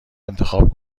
انتخاب